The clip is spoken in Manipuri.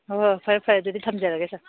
ꯍꯣꯏ ꯍꯣꯏ ꯐꯔꯦ ꯐꯔꯦ ꯑꯗꯨꯗꯤ ꯊꯝꯖꯔꯒꯦ ꯁꯥꯔ